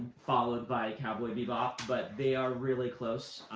followed by cowboy bebop. but they are really close.